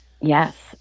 Yes